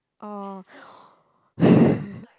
oh